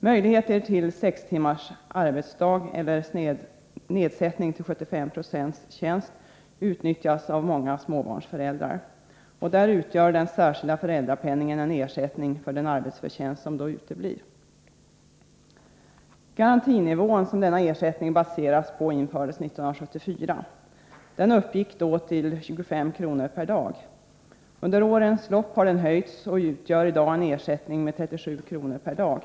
Möjligheter till sex timmars arbetsdag eller nedsättning till 75 76 tjänst utnyttjas av många småbarnsföräldrar, och där utgör den särskilda föräldrapenningen en ersättning för den arbetsförtjänst som då uteblir. Garantinivån som denna ersättning baseras på infördes 1974. Den uppgick då till 25 kr. per dag. Under årens lopp har den höjts, och ersättningen utgör i dag 37 kr. per dag.